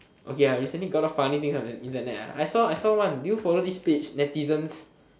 okay ah recently got a lot funny things on the internet ah I saw I saw one do you follow this page netizens